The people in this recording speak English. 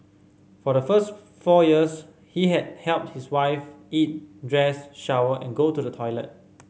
for the first four years he has helped his wife eat dress shower and go to the toilet